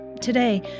today